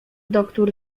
doktór